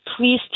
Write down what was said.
please